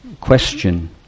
question